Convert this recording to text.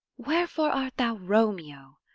wherefore art thou romeo?